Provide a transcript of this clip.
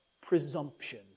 presumption